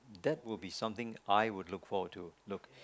that would be something I would look forward to look